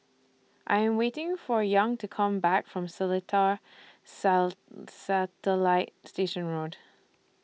I Am waiting For Young to Come Back from Seletar Satellite Station Road